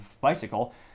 bicycle